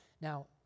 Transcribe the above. Now